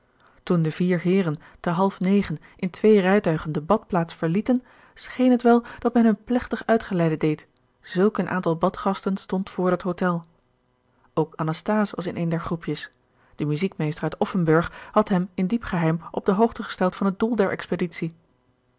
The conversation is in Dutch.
toen de vier heeren ten half negen in twee rijtuigen de badplaats verlieten scheen het wel dat men hun plechtig uitgeleide deed zulk een aantal badgasten stond voor dat hôtel ook anasthase was in een der groepjes de muziekmeester uit offenburg had hem in diep geheim op de hoogte gesteld van het doel der expeditie